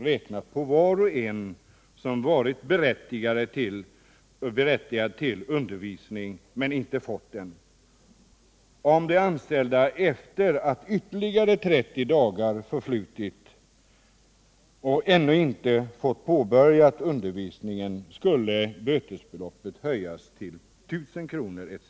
räknat på var och en som varit berättigad till undervisning men inte fått sådan. Om de anställda efter det att ytterligare 30 dagar förflutit ännu inte fått påbörja undervisningen skulle bötesbeloppet höjas till 1000 kr. etc.